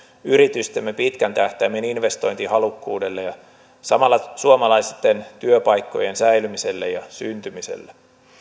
yritystemme pitkän tähtäimen investointihalukkuudelle ja samalla suomalaisten työpaikkojen säilymiselle ja syntymiselle